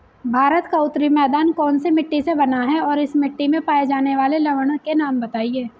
भारत का उत्तरी मैदान कौनसी मिट्टी से बना है और इस मिट्टी में पाए जाने वाले लवण के नाम बताइए?